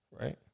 right